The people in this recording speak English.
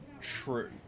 true